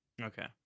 Okay